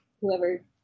whoever